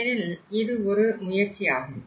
ஏனெனில் இது ஒரு முயற்சி ஆகும்